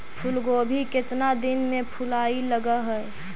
फुलगोभी केतना दिन में फुलाइ लग है?